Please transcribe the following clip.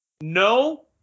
No